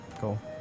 Cool